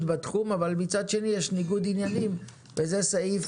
בתחום אבל מצד שני יש ניגוד עניינים וזה סעיף